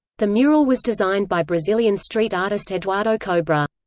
the mural was designed by brazilian street artist eduardo kobra.